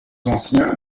anciens